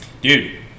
Dude